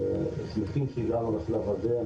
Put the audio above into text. שמחים שהגענו לשלב הזה.